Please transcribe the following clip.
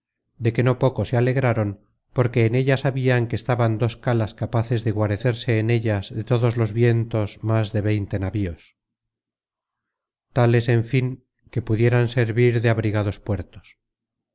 de que no poco se alegraron porque en ella sabian que estaban dos calas capaces de guarecerse en ellas de todos vientos más de veinte navíos tales en fin que pudieran servir de abrigados puertos